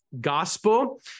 gospel